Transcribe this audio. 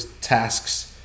tasks